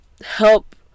help